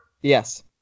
Yes